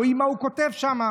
רואים מה הוא כותב שם,